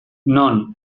non